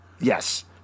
Yes